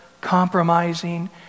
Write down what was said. compromising